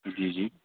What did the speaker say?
جی جی